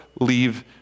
leave